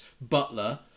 Butler